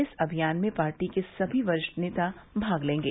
इस अभियान में पार्टी के सभी वरिष्ठ नेता भाग लेंगे